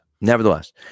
nevertheless